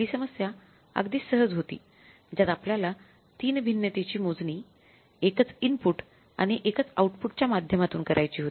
पहिली समस्या अगदी सहज होती ज्यात आपल्याला ३ भिन्नतेची मोजणी एकच इनपुट आणि एकच आउटपुटच्या माध्यमातून करायची होती